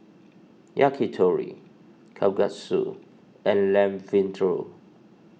Yakitori Kalguksu and Lamb Vindaloo